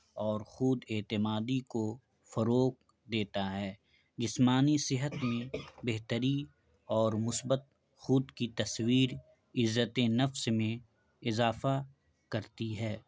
اور خود اعتمادی کو فروغ دیتا ہے جسمانی صحت میں بہتری اور مثبت خود کی تصویر عزت نفس میں اضافہ کرتی ہے